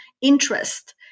interest